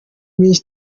mar